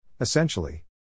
Essentially